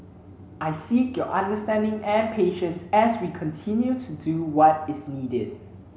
I seek your understanding and patience as we continue to do what is needed